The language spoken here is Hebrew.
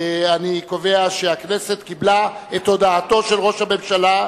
אני קובע שהכנסת קיבלה את הודעתו של ראש הממשלה,